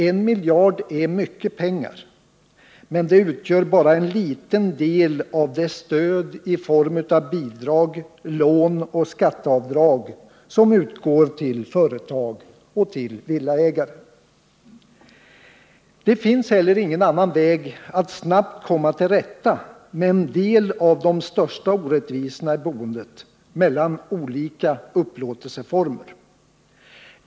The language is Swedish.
1 miljard är mycket pengar, men det utgör bara en liten del av det stöd i form av bidrag, lån och skatteavdrag som utgår till företag och villaägare. Det finns inte heller någon annan väg att snabbt komma till rätta med en del av de största orättvisorna i boendet mellan olika upplåtelseformer.